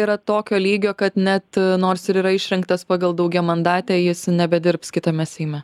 yra tokio lygio kad net nors ir yra išrinktas pagal daugiamandatę jis nebedirbs kitame seime